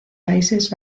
países